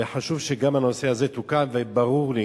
וחשוב שגם הנושא הזה תוקן, וברור לי